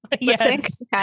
Yes